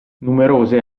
numerose